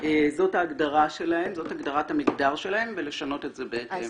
זאת הגדרת המגדר שלהם ולשנות את זה בהתאם.